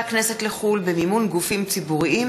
הכנסת לחו"ל במימון גופים ציבוריים,